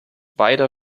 beider